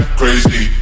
crazy